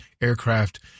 aircraft